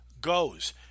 goes